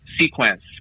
sequence